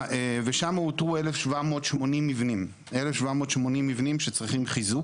אותרו 1,780 מבנים שצריכים חיזוק.